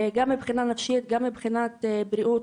גם מבחינה נפשית, גם מבחינת בריאות.